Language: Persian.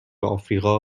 آفریقا